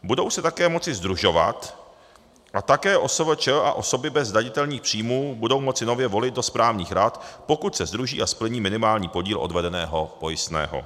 Budou se také moci sdružovat a také OSVČ a osoby bez zdanitelných příjmů budou moci nově volit do správních rad, pokud se sdruží a splní minimální podíl odvedeného pojistného.